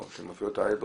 שמפעילות את ה-iRobot,